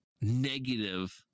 negative